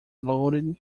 loaded